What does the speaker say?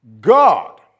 God